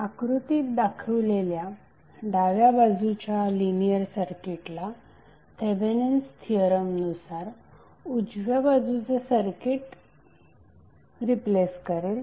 आकृतीत दाखवलेल्या डाव्या बाजूच्या लिनियर सर्किटला थेवेनिन्स थिअरम नुसार उजव्या बाजूचे सर्किट रिप्लेस करेल